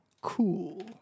cool